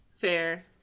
Fair